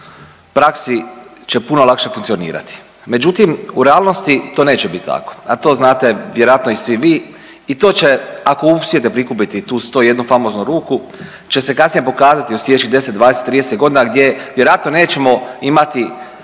u praksi će puno lakše funkcionirati. Međutim, u realnosti to neće biti tako, a to znate vjerojatno i svi vi i to će ako uspijete prikupiti tu 101 famoznu ruku će se kasnije pokazati u sljedećih 10, 20, 30 godina gdje vjerojatno nećemo imati